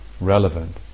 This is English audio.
relevant